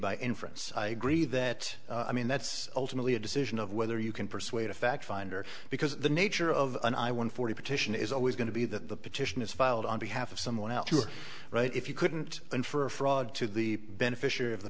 by inference i agree that i mean that's ultimately a decision of whether you can persuade a fact finder because the nature of an i one forty petition is always going to be that the petition is filed on behalf of someone else you're right if you couldn't in for fraud to the beneficiary of the